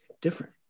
different